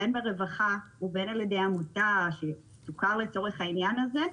בין הרווחה ובין על ידי עמותה שתוכר לצורך העניין הזה.